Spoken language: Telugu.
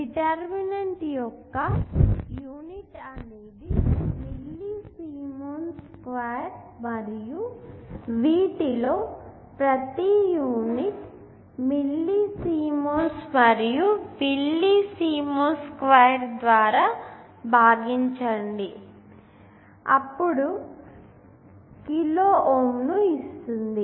డిటర్మినెంట్ యొక్క యూనిట్ అనేది మిల్లిసిమెన్స్ స్క్వేర్ మరియు వీటిలో ప్రతి యూనిట్ మిల్లిసిమెన్స్ మరియు మిల్లిసిమెన్స్ స్క్వేర్ ద్వారా భాగించండి కిలో ఓం ను ఇస్తుంది